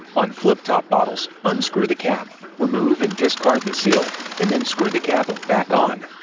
on flip-top bottles, unscrew the cap, remove and discard the seal, and then screw the cap back on.